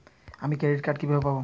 আমি credit card কিভাবে পাবো?